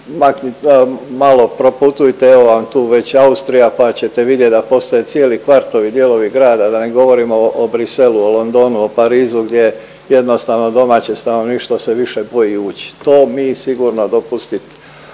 Pa malo proputujte evo vam tu već Austrija, pa ćete vidjeti da postoje cijeli kvartovi, dijelovi grada da ne govorim o Bruxellesu, o Londonu, o Parizu gdje jednostavno domaće stanovništvo se više boji ući. To mi sigurno dopustit